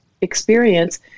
experience